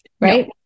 right